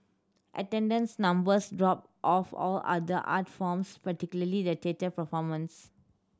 attendance numbers dropped of all other art forms particularly the theatre performance